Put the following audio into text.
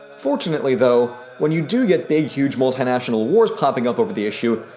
fortunately though, when you do get big huge multinational wars popping up over the issue,